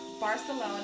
Barcelona